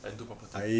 and do property